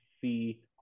see